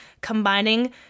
combining